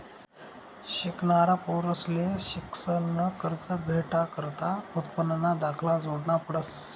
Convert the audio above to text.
शिकनारा पोरंसले शिक्शननं कर्ज भेटाकरता उत्पन्नना दाखला जोडना पडस